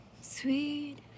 Sweet